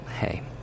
hey